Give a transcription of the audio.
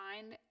find